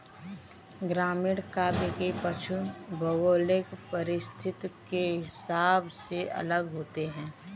ग्रामीण काव्य में पशु भौगोलिक परिस्थिति के हिसाब से अलग होते हैं